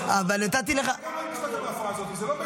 אז אני מדבר איתך על זה.